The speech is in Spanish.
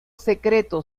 secreto